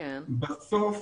שבסוף